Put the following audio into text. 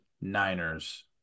Niners